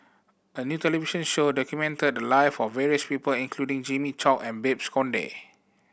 a new television show documented the live of various people including Jimmy Chok and Babes Conde